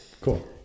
Cool